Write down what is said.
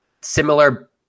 similar